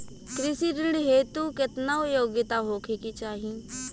कृषि ऋण हेतू केतना योग्यता होखे के चाहीं?